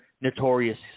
notorious